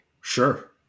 Sure